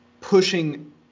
pushing